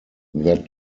that